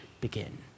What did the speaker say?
begin